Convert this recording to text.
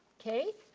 okay.